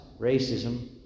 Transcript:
racism